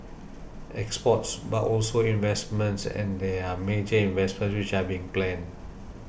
exports but also investments and there are major investments which are being planned